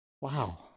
wow